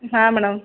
ಹಾಂ ಮೇಡಮ್